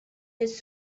his